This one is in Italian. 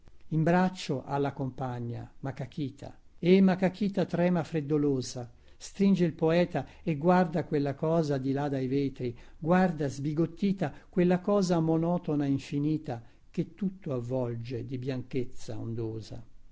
in braccio ha la compagna makakita e makakita trema freddolosa stringe il poeta e guarda quella cosa di là dai vetri guarda sbigottita quella cosa monotona infinita che tutto avvolge di bianchezza ondosa